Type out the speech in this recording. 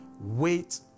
Wait